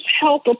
help